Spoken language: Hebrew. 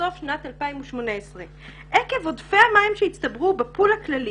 לסוף שנת 2018. "עקב עודפי המים שהצטברו בפול הכללי